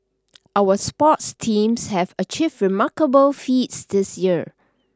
our sports teams have achieved remarkable feats this year